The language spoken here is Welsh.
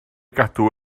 gadw